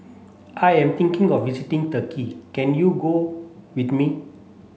I am thinking of visiting Turkey can you go with me